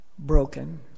broken